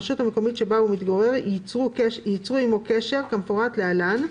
והרשות המקומית שבה הוא מתגורר ייצרו עימו קשר כמפורט להלן,